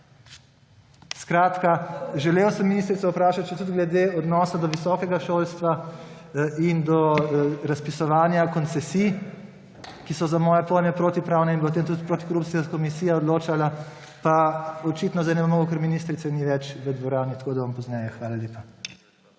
Skratka, želel sem ministrico vprašati še tudi glede odnosa do visokega šolstva in do razpisovanja koncesij, ki so za moje pojme protipravne in bo o tem tudi protikorupcijska komisija odločala, pa očitno zdaj ne bom mogel, ker ministrice ni več v dvorani, tako da bom pozneje. Hvala lepa.